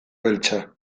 beltza